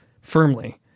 firmly